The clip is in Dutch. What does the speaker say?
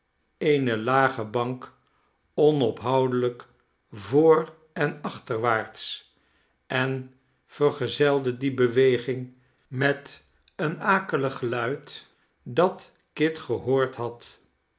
eene lage bank onophoudelijk voor en achterwaarts en vergezelde die beweging met het akelige geluid dat kit gehoord had